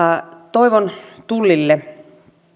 toivon tullille